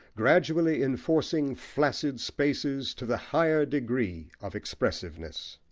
gradually enforcing flaccid spaces to the higher degree of expressiveness.